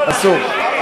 אסור.